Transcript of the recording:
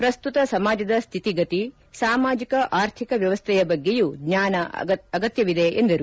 ಪ್ರಸ್ತುತ ಸಮಾಜದ ಸ್ಟಿತಿಗತಿ ಸಾಮಾಜೆಕ ಆರ್ಥಿಕ ವ್ಯವಸ್ಥೆಯ ಬಗ್ಗೆಯೂ ಜ್ಞಾನ ಅಗತ್ತವಿದೆ ಎಂದರು